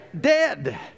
Dead